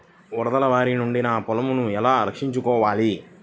వరదల భారి నుండి నా పొలంను ఎలా రక్షించుకోవాలి?